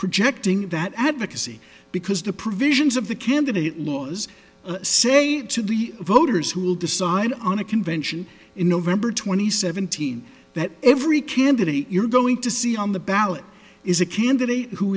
projecting that advocacy because the provisions of the candidate laws say to the voters who will decide on a convention in november twenty seven thousand that every candidate you're going to see on the ballot is a candidate who